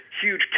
huge